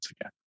again